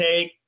take